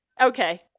Okay